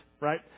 right